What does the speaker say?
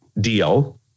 deal